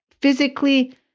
physically